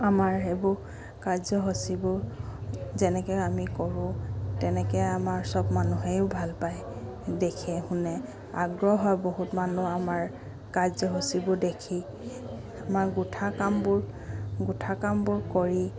আমাৰ সেইবোৰ কাৰ্যসূচীবোৰ যেনেকৈ আমি কৰোঁ তেনেকৈ আমাৰ সব মানুহেও ভাল পায় দেখে শুনে আগ্ৰহ হয় বহুত মানুহ আমাৰ কাৰ্যসূচীবোৰ দেখি আমাৰ গোঁঠা কামবোৰ গোঠা কামবোৰ কৰি